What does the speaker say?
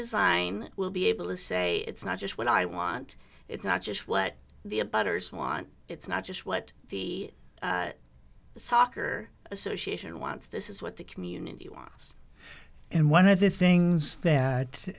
design will be able to say it's not just what i want it's not just what the a butter's want it's not just what the soccer association wants this is what the community wants and one of the things that